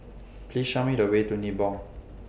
Please Show Me The Way to Nibong